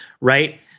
right